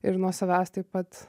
ir nuo savęs taip pat